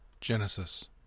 Genesis